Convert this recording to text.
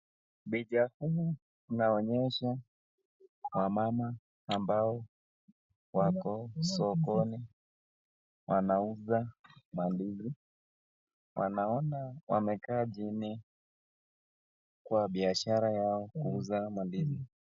Picha huu inaonyesha wamama ambao wako sokoni wanauza mandizi, wanawake wanne wamekaa chini kwa biashara yao kuuza mandizi.